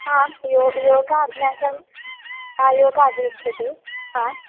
आम् यो योगाभ्यासं योगा अपेक्षते